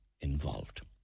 involved